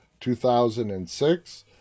2006